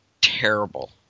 terrible